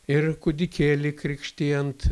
ir kūdikėlį krikštijant